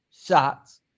shots